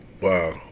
Wow